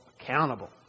accountable